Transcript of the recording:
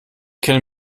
kenne